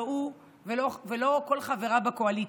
לא הוא ולא כל חבריו בקואליציה.